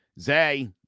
Zay